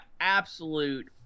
absolute